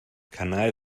kanal